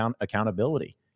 accountability